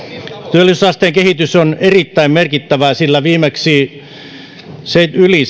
työllisyysasteen kehitys on erittäin merkittävää sillä viimeksi yli